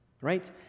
right